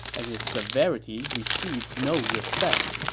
and his severity received no respect.